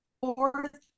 fourth